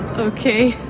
ok?